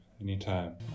Anytime